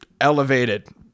elevated